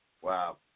Wow